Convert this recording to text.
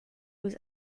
was